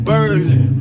Berlin